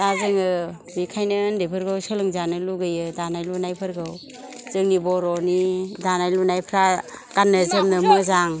दा जोङो बेखायनो ओन्दैफोरखौ सोलोंजानो लुगैयो दानाय लुनायफोरखौ जोंनि बर'नि दानाय लुनायफ्रा गान्नो जोमनो मोजां